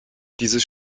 dieses